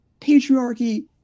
patriarchy